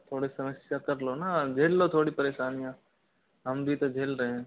थोड़ी समस्या कर लो ना झेल लो थोड़ी परेशानियाँ हम भी तो झेल रहे हैं